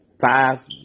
five